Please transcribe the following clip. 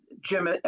Jim